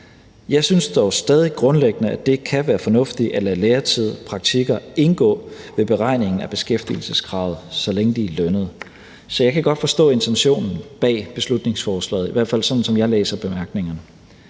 Jeg synes dog stadig grundlæggende, at det kan være fornuftigt at lade læretid, praktikker indgå ved beregningen af beskæftigelseskravet, så længe det er lønnet. Så jeg kan godt forstå intentionen bag beslutningsforslaget, i hvert fald sådan som jeg læser bemærkningerne.